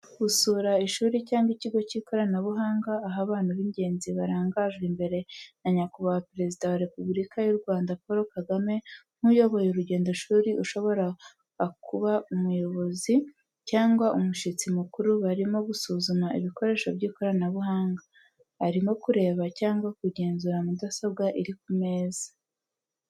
Gusura ishuri cyangwa ikigo cy’ikoranabuhanga aho abantu b’ingenzi, barangajwe imbere na nyakubahwa Perezida wa Repubulika y'u Rwanda Paul Kagame nk’uyoboye urugendoshuri ushobora akuba umuyobozi cyangwa umushyitsi mukuru barimo gusuzuma ibikoresho by’ikoranabuhanga. Arimo kureba cyangwa kugenzura mudasobwa iri ku meza.